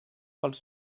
pels